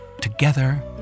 together